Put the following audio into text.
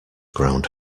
ground